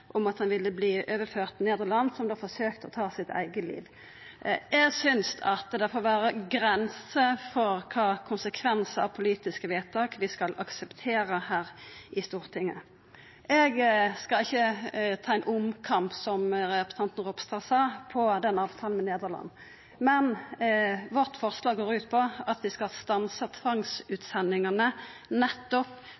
om at han ville verta overført til Nederland, og som da forsøkte å ta sitt eige liv. Eg synest det får vera grenser for kva konsekvensar av politiske vedtak vi skal akseptera her i Stortinget. Eg skal ikkje ta ein omkamp – som representanten Ropstad sa – på avtalen med Nederland, men vårt forslag går ut på at vi skal stansa